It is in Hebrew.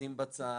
לשים בצד.